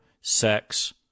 sex